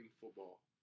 football